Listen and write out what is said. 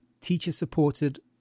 teacher-supported